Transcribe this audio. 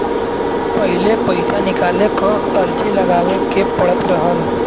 पहिले पइसा निकाले क अर्जी लगावे के पड़त रहल